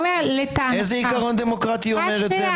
איזה עיקרון דמוקרטי אומר את זה?